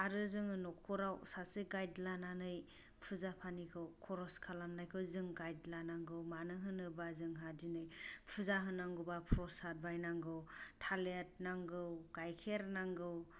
आरो जोङो न'खराव सासे गाइड लानानै फुजा पानिखौ खरस खालामनायखौ जों गाइड लानांगौ मानो होनोब्ला जोंहा दिनै फुजा होनांगौब्ला प्रसाद बायनांगौ थालिर नांगौ गाइखेर नांगौ